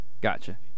Gotcha